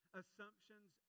assumptions